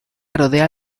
rodea